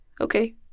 Okay